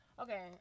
Okay